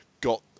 got